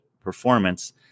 performance